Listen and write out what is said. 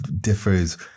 differs